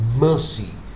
mercy